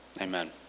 Amen